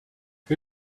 who